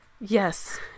Yes